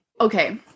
Okay